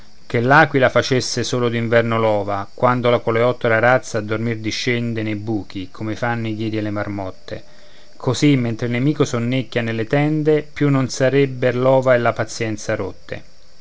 che l'aquila facesse solo d'inverno l'ova quando la coleottera razza a dormir discende nei buchi come fanno i ghiri e le marmotte così mentre il nemico sonnecchia nelle tende più non sarebber l'ova e la pazienza rotte